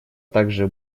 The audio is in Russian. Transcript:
также